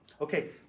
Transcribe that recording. okay